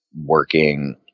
working